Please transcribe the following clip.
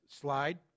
slide